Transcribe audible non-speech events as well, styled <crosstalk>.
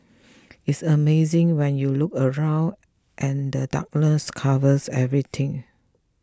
<noise> it's amazing when you look around and the darkness covers everything